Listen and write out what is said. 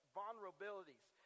vulnerabilities